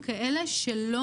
שקל.